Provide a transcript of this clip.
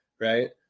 right